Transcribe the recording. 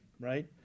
right